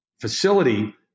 facility